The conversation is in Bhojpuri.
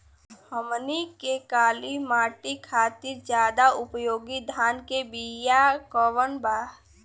हमनी के काली माटी खातिर ज्यादा उपयोगी धान के बिया कवन बा?